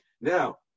Now